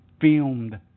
filmed